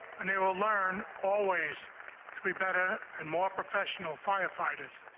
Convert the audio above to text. and they will learn always to be better and more professional. firefighters